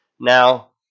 Now